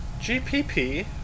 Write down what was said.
GPP